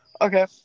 Okay